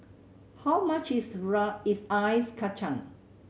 how much is is Ice Kachang